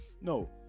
No